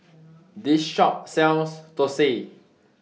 This Shop sells Thosai